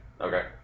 okay